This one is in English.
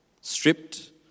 stripped